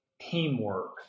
teamwork